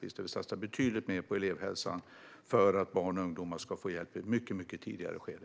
Vi satsar betydligt mer på elevhälsan för att barn och ungdomar ska få hjälp i ett mycket tidigare skede.